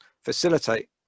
facilitate